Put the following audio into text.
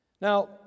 Now